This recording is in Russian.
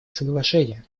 соглашение